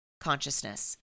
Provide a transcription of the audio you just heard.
consciousness